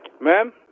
ma'am